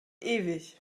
ewig